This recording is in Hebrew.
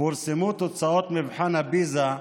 יודעים באיזו תקופה